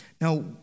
now